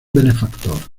benefactor